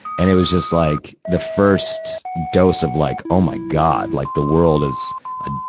and it was just, like, the first dose of, like, oh my god. like, the world is a,